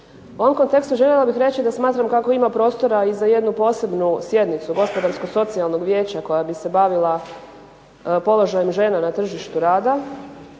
U ovom kontekstu željela bih reći da smatram kako ima prostora i za jednu posebnu sjednicu Gospodarsko-socijalnog vijeća koja bi se bavila položajem žena na tržištu rada